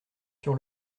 sur